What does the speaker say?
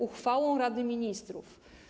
Uchwałą Rady Ministrów.